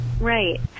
Right